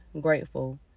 grateful